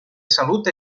salut